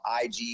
IG